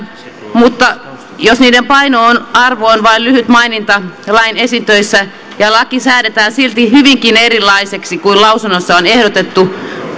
mutta jos niiden painoarvo on vain lyhyt maininta lain esitöissä ja laki säädetään silti hyvinkin erilaiseksi kuin mitä lausunnossa on ehdotettu